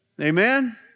Amen